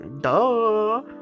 Duh